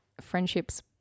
friendships